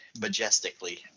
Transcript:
majestically